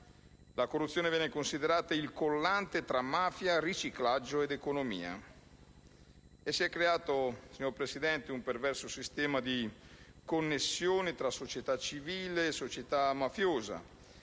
La corruzione viene considerata il collante tra mafia, riciclaggio ed economia e si è creato, signor Presidente, un perverso sistema di connessione tra società civile e società mafiosa